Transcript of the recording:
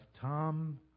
Tom